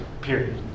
Period